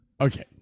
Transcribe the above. Okay